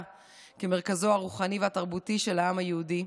כמרכזו הרוחני והתרבותי של העם היהודי,